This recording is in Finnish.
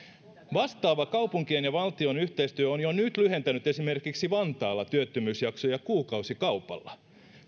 vastaava kaupunkien ja valtion yhteistyö on jo nyt lyhentänyt esimerkiksi vantaalla työttömyysjaksoja kuukausikaupalla